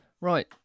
Right